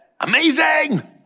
amazing